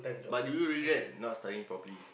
but do you really like not studying properly